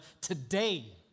today